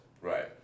right